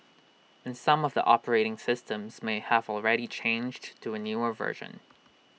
and some of the operating systems may have already changed to A newer version